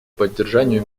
поддержанию